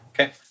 Okay